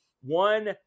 one